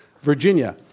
Virginia